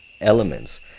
elements